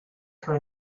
her